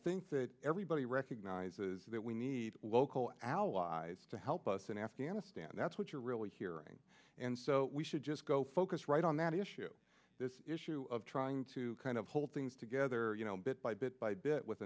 think that everybody recognises that we need local allies to help us in afghanistan that's what you're really hearing and so we should just go focus right on that issue this issue of trying to kind of hold things together you know bit by bit by bit with